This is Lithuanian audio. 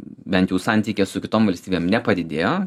bent jų santykis su kitom valstybėm nepadidėjo